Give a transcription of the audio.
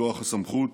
מכוח הסמכות